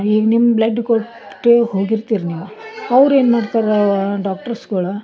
ಈಗ ನಿಮ್ಮ ಬ್ಲಡ್ ಕೊಟ್ಟು ಹೋಗಿರ್ತೀರಿ ನೀವು ಅವ್ರು ಏನು ಮಾಡ್ತರಾ ಡಾಕ್ಟ್ರಸ್ಗಳು